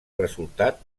resultat